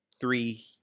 three